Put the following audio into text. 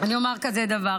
אני אומר כזה דבר.